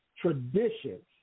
traditions